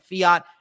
fiat